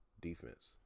defense